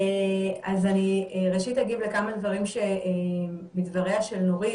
אז אני אגיב ראשית לכמה דברים מדבריה של נורית